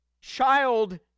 child